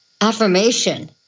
affirmation